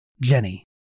Jenny